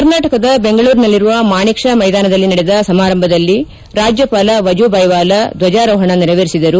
ಕರ್ನಾಟಕದ ಬೆಂಗಳೂರಿನಲ್ಲಿರುವ ಮಾಣಿಕ್ ಶಾ ಮೈದಾನದಲ್ಲಿ ನಡೆದ ಸಮಾರಂಭದಲ್ಲಿ ರಾಜ್ಯಪಾಲ ವಜೂಬಾಯಿ ವಾಲಾ ದ್ದಜಾರೋಪಣ ನೆರವೇರಿಸಿದರು